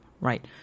right